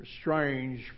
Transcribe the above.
strange